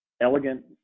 elegant